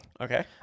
Okay